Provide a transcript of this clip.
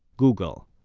google,